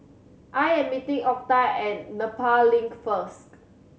I am meeting Octa at Nepal Link first